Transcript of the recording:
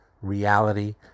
reality